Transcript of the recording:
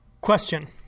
Question